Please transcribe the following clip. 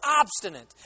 obstinate